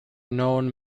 known